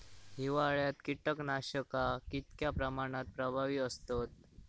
हिवाळ्यात कीटकनाशका कीतक्या प्रमाणात प्रभावी असतत?